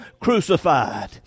crucified